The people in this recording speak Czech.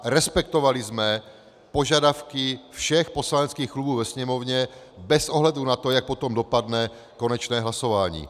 Respektovali jsme požadavky všech poslaneckých klubů ve Sněmovně, bez ohledu na to, jak potom dopadne konečné hlasování.